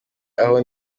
aho